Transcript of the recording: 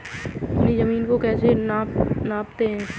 अपनी जमीन को कैसे नापते हैं?